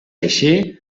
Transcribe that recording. així